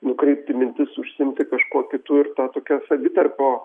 nukreipti mintis užsiimti kažkuo kitu ir ta tokia savitarpio